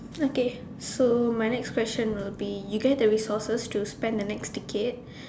okay so my next question will be you get the resources to spend the next decade